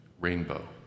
Rainbow